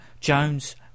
Jones